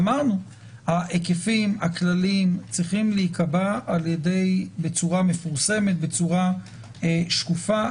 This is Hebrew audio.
ההיקפים הכלליים צריכים להיקבע בצורה מפורסמת ושקופה.